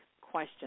question